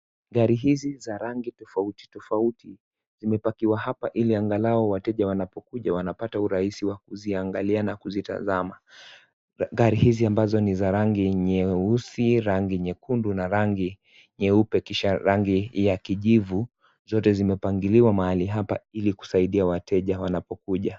Gari hizi za rangi tofauti tofauti ,zimepakiwa hapa ili angalau wateja wanapokuja wanapata urahisi wa kuziangalia na kuzitazama. Gari hizi ambazo ni za rangi nyeusi, rangi nyekundu na rangi nyeupe kisha rangi ya kijivu, zote zimepangiliwa mahali hapa ili kusaidia wateja wanapokuja.